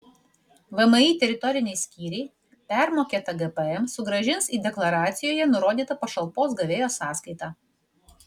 vmi teritoriniai skyriai permokėtą gpm sugrąžins į deklaracijoje nurodytą pašalpos gavėjo sąskaitą